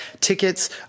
tickets